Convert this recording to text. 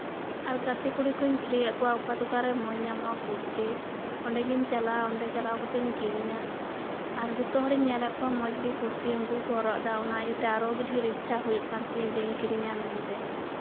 ᱟᱨ ᱜᱟᱛᱮ ᱠᱩᱲᱤ ᱠᱚᱧ ᱠᱩᱞᱤᱭᱮᱫ ᱠᱚᱣᱟ ᱚᱠᱟ ᱫᱚᱠᱟᱱ ᱨᱮ ᱢᱚᱸᱡᱽ ᱧᱟᱢᱜᱼᱟ ᱠᱩᱨᱛᱤ ᱚᱸᱰᱮ ᱜᱤᱧ ᱪᱟᱞᱟᱜᱼᱟ ᱚᱸᱰᱮ ᱪᱟᱞᱟᱣ ᱠᱟᱛᱮᱫ ᱤᱧ ᱠᱩᱨᱛᱤᱧ ᱠᱤᱨᱤᱧᱟ ᱟᱨ ᱡᱚᱛᱚ ᱦᱚᱲᱤᱧ ᱧᱮᱞᱮᱫ ᱠᱚᱣᱟ ᱢᱚᱸᱡᱽ ᱜᱮ ᱠᱩᱨᱛᱤ ᱩᱱᱠᱩ ᱦᱚᱸᱠᱚ ᱦᱚᱨᱚᱜ ᱮᱫᱟ ᱚᱱᱟ ᱤᱭᱟᱹᱛᱮ ᱟᱨᱚᱜᱮ ᱰᱷᱮᱨ ᱤᱪᱪᱷᱟᱹ ᱦᱩᱭᱩᱜ ᱠᱟᱱ ᱛᱤᱧᱟᱹ ᱡᱮ ᱠᱩᱨᱛᱤᱧ ᱠᱤᱨᱤᱧᱟ ᱢᱮᱱᱛᱮ